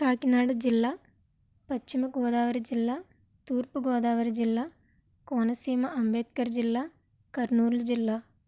కాకినాడ జిల్లా పశ్చిమ గోదావరి జిల్లా తూర్పు గోదావరి జిల్లా కోన సీమ అంబేద్కర్ జిల్లా కర్నూలు జిల్లా